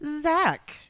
Zach